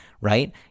right